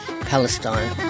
Palestine